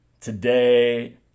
Today